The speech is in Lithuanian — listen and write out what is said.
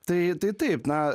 tai tai taip na